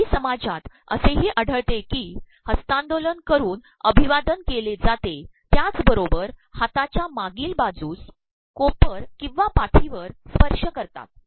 काही समाजात असेही आढळते की हस्त्तांदोलन करून अमभवादन के ले जाते त्याचबरोबर हाताच्या मागील बाजूस कोपर ककंवा पाठीवर स्त्पशय करतात